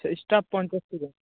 staff ᱯᱚᱧᱪᱟᱥᱴᱤ ᱜᱟᱱ